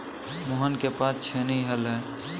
मोहन के पास छेनी हल है